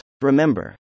Remember